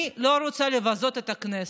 אני לא רוצה לבזות את הכנסת,